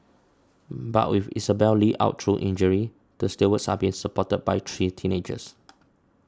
but with Isabelle Li out through injury the stalwarts are being supported by three teenagers